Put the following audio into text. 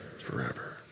forever